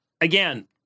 again